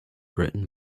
written